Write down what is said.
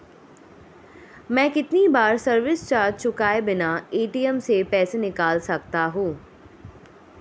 मैं कितनी बार सर्विस चार्ज चुकाए बिना ए.टी.एम से पैसे निकाल सकता हूं?